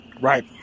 Right